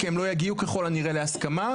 כי הם לא יגיעו ככל הנראה להסכמה,